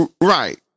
Right